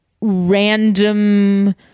random